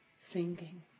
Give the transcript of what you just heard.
singing